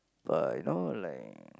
uh you know like